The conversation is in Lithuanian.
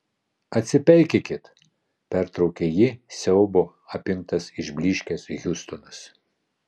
atsipeikėkit pertraukė jį siaubo apimtas išblyškęs hiustonas